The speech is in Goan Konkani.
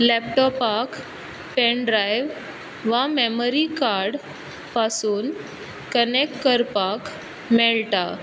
लेपटोपाक पेंनड्रायव वा मेमरी कार्ड पासून कनेक्ट करपाक मेळटा